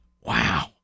Wow